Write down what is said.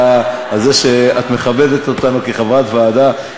על זה שאת מכבדת אותנו כחברת ועדה,